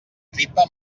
tripa